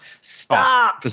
Stop